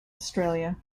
australia